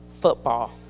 football